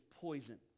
poison